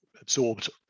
absorbed